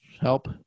help